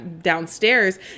downstairs